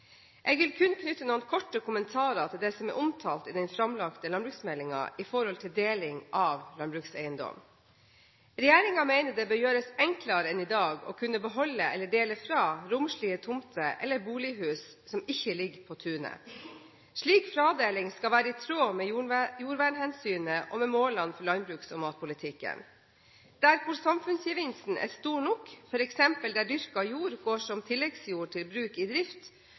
den framlagte landbruksmeldingen når det gjelder deling av landbrukseiendom. Regjeringen mener det bør gjøres enklere enn i dag å kunne beholde eller dele fra romslige tomter eller bolighus som ikke ligger på tunet. Slik fradeling skal være i tråd med jordvernhensynet og med målene for landbruks- og matpolitikken. Der samfunnsgevinsten er stor nok, f.eks. der dyrket jord går som tilleggsjord til bruk i drift,